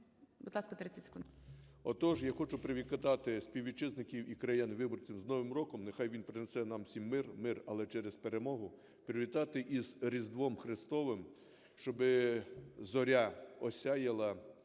Будь ласка, 30 секунд.